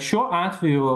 šiuo atveju